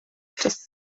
just